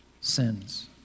sins